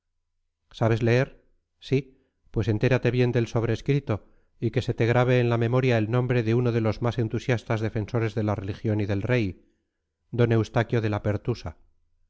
sabes leer sí pues entérate bien del sobrescrito y que se te grabe en la memoria el nombre de uno de los más entusiastas defensores de la religión y del rey d eustaquio de la pertusa